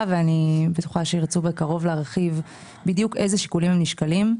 ואני בטוחה שירצו בקרוב להרחיב בדיוק איזה שיקולים הם נשקלים,